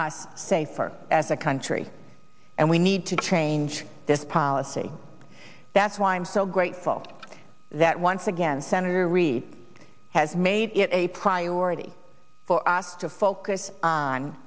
us safer as a country and we need to change this policy that's why i'm so grateful that once again senator reed has made it a priority for us to focus on